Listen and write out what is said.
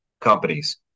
companies